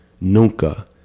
nunca